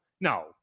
no